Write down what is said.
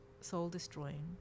soul-destroying